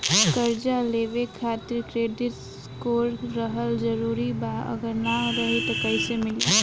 कर्जा लेवे खातिर क्रेडिट स्कोर रहल जरूरी बा अगर ना रही त कैसे मिली?